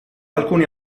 alcuni